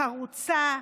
חרוצה,